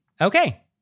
Okay